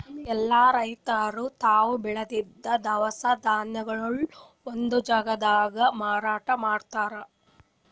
ಎಲ್ಲಾ ರೈತರ್ ತಾವ್ ಬೆಳದಿದ್ದ್ ದವಸ ಧಾನ್ಯ ಕಾಳ್ಗೊಳು ಒಂದೇ ಜಾಗ್ದಾಗ್ ಮಾರಾಟ್ ಮಾಡ್ತಾರ್